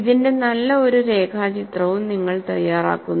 ഇതിന്റെ നല്ല ഒരു രേഖാചിത്രവും നിങ്ങൾ തയ്യാറാക്കുന്നു